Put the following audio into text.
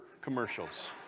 commercials